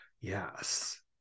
Yes